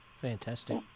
Fantastic